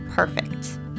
Perfect